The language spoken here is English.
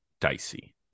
dicey